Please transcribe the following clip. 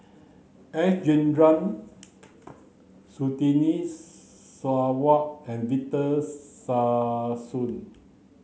S Rajendran Surtini Sarwan and Victor Sassoon